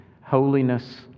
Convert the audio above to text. holiness